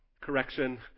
correction